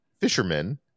fishermen